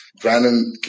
Brandon